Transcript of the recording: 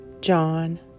John